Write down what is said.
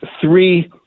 three